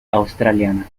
australiana